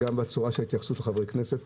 גם בצורת ההתייחסות לחברי הכנסת.